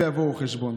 והם יבואו חשבון.